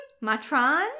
Matron